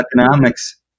economics